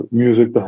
music